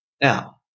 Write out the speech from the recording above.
Now